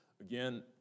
Again